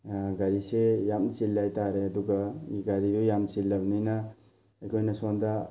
ꯒꯥꯔꯤꯁꯤ ꯌꯥꯝ ꯆꯤꯜꯂꯦ ꯍꯥꯏꯇꯥꯔꯦ ꯑꯗꯨꯒ ꯒꯥꯔꯤꯗꯣ ꯌꯥꯝ ꯆꯤꯜꯂꯕꯅꯤꯅ ꯑꯩꯈꯣꯏꯅ ꯁꯣꯝꯗ